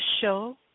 show